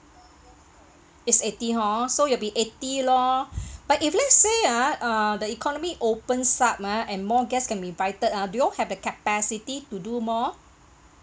it's eighty hor so it'll be eighty lor but if let's say ah uh the economy opens up ah and more guests can be invited ah do y'all have the capacity to do more